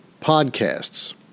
Podcasts